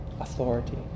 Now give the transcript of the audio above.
authority